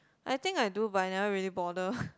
I think I do but I don't really bother